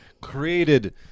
created